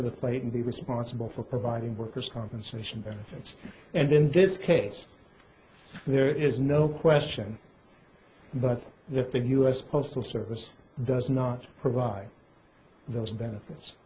to the plate and be responsible for providing workers compensation benefits and then this case there is no question but that the u s postal service does not provide those benefits